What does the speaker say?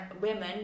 women